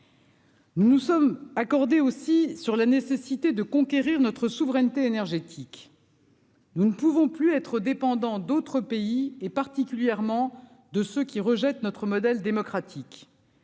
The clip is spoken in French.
Nous nous sommes accordés aussi sur la nécessité de conquérir notre souveraineté énergétique. Nous ne pouvons plus être dépendants d'autres pays et particulièrement de ceux qui rejettent notre modèle démocratique.